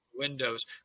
Windows